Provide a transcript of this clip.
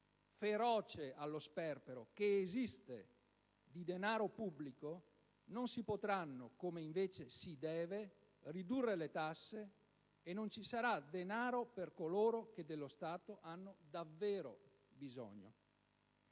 feroce allo sperpero (che esiste) di denaro pubblico non si potranno, come invece si deve, ridurre le tasse e non ci sarà denaro per coloro che dello Stato hanno davvero bisogno.